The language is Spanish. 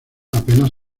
apenas